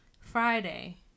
Friday